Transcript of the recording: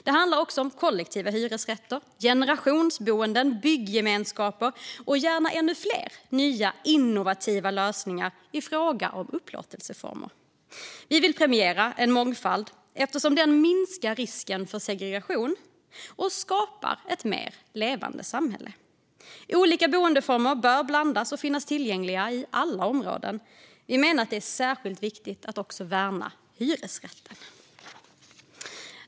Det handlar också om kollektiva hyresrätter, generationsboenden, byggemenskaper och gärna ännu fler nya, innovativa lösningar i fråga om upplåtelseformer. Vi vill premiera en mångfald eftersom det minskar risken för segregation och skapar ett mer levande samhälle. Olika boendeformer bör blandas och finnas tillgängliga i alla områden, och vi menar att det är särskilt viktigt att också värna hyresrätten.